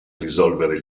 risolvere